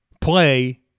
play